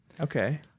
Okay